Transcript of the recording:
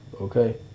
Okay